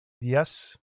Yes